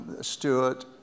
Stewart